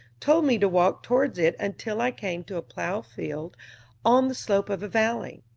told me to walk towards it until i came to a plowed field on the slope of a valley,